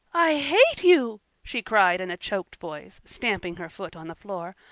i hate you, she cried in a choked voice, stamping her foot on the floor.